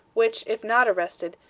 which, if not arrested,